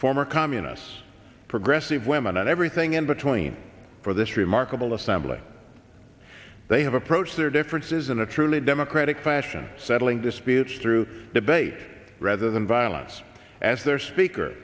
former communists progressive women and everything in between for this remarkable assembly they have approached their differences in a truly democratic fashion settling disputes through debate rather than violence as their speaker